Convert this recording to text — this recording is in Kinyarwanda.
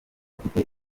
bafite